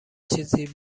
چیزی